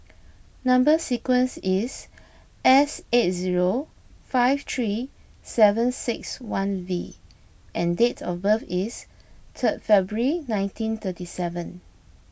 Number Sequence is S eight zero five three seven six one V and date of birth is third February nineteen thirty seven